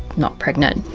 not pregnant.